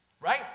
Right